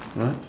what